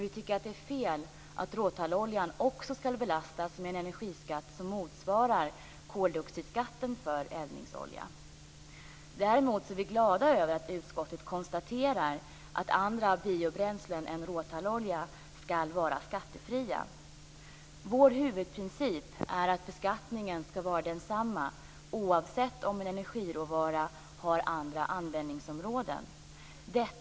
Vi tycker att det är fel att råtalloljan också skall belastas med en energiskatt som motsvarar koldioxidskatten för eldningsolja. Däremot är vi glada över att utskottet konstaterar att andra biobränslen än råtallolja skall vara skattefria. Vår huvudprincip är att beskattningen skall vara densamma oavsett om en energiråvara har andra användningsområden eller ej.